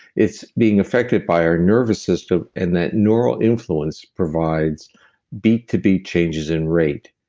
it's being affected by our nervous system, and that neural influence provides beat-to-beat changes in rate.